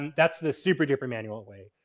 that's the super duper manual way.